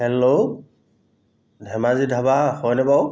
hello Dhemaji ধাবা হয়নে বাৰু